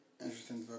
interesting